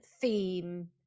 theme